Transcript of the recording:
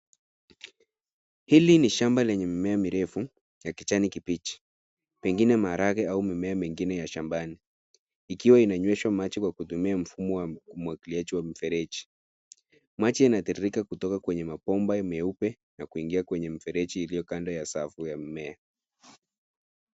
Hili ni shamba lenye mimea mirefu ya kijani kibichi pengine maharagwe au mimea mingine ya shambani. Ikiwa inanyweshwa maji kwa kutumia mfumo wa umwangiliaji wa mifereji. Maji yanatiririka kutoka kwenye mabomba meupe na kuingia kwenye mifereji iliyo kando ya safu ya mimea.